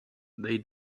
they